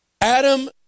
Adam